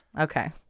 Okay